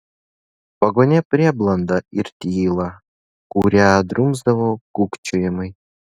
vagone prieblanda ir tyla kurią drumsdavo kūkčiojimai